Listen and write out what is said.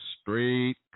Straight